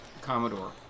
Commodore